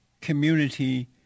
Community